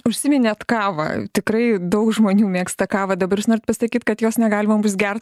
užsiminėt kavą tikrai daug žmonių mėgsta kavą dabar jūs norit pasakyt kad jos negalima bus gert